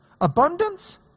Abundance